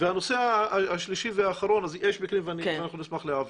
בהחלט, יש מקרים ואנחנו נשמח להעביר.